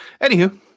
anywho